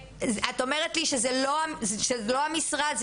ואת עכשיו אומרת לי שזה לא משרד המשפטים,